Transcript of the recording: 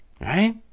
right